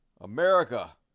America